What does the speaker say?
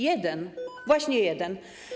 Jeden, właśnie jeden.